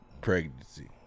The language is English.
pregnancy